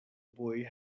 boy